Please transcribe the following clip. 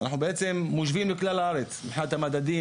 אנחנו מושווים לכלל הארץ מבחינת המדדים,